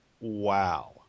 wow